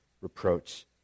reproach